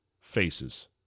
faces